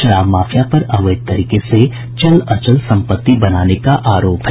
शराब माफिया पर अवैध तरीके से चल अचल संपत्ति बनाने का आरोप है